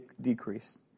decrease